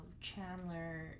Chandler